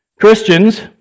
Christians